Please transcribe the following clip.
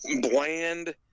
bland